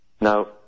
Now